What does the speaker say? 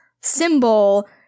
symbol